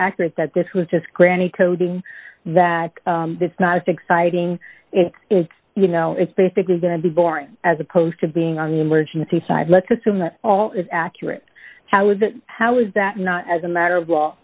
accurate that this was just granny coding that this is not exciting it is you know it's basically going to be boring as opposed to being on the emergency side let's assume that all is accurate how is it how is that not as a matter of law